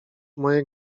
moje